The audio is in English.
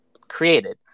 created